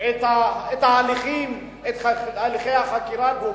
הליכי החקירה, דומים?